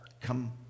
come